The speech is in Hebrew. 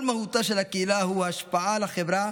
כל מהותה של הקהילה היא ההשפעה על החברה